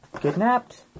kidnapped